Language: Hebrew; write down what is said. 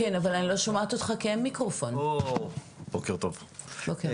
סך הכל